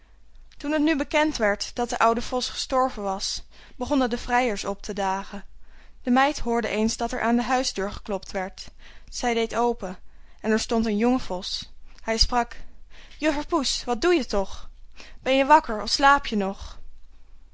toen het nu bekend werd dat de oude vos gestorven was begonnen de vrijers op te dagen de meid hoorde eens dat er aan de huisdeur geklopt werd zij deed open en er stond een jonge vos hij sprak juffer poes wat doe je toch ben je wakker of slaap je nog